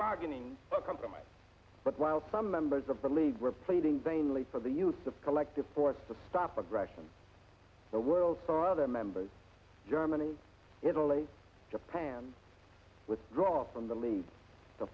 bargaining compromise but while some members of the league were pleading vainly for the use of collective force to stop aggression the world saw other members germany italy japan withdraw from the lead to